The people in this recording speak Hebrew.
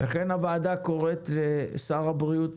ולכן, הוועדה קוראת לשר הבריאות,